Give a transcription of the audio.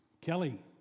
Kelly